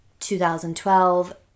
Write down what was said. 2012